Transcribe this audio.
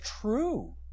true